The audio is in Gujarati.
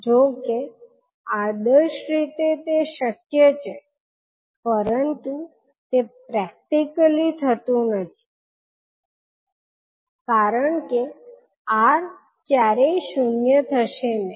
જો કે આદર્શ રીતે તે શક્ય છે પરંતુ તે પ્રેક્ટિકલી થતું નથી કારણ કે r ક્યારેય શૂન્ય થશે નહીં